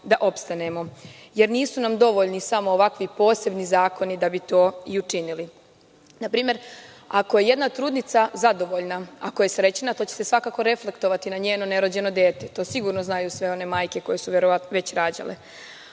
da opstanemo jer nisu nam dovoljni samo ovakvi posebni zakoni da bi to i učinili. Na primer ako je jedna trudnica zadovoljna ako je srećna to će se svakako reflektovati na njeno nerođeno dete. To sigurno znaju sve one majke koje su verovatno